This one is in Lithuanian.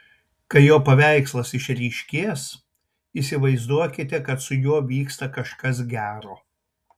kai jo paveikslas išryškės įsivaizduokite kad su juo vyksta kažkas gero